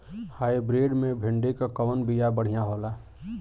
Hybrid मे भिंडी क कवन बिया बढ़ियां होला?